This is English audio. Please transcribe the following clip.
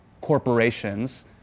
corporations